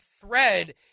thread